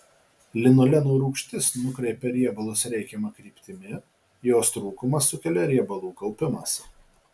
linoleno rūgštis nukreipia riebalus reikiama kryptimi jos trūkumas sukelia riebalų kaupimąsi